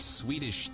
Swedish